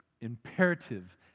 imperative